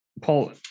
Paul